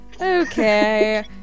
Okay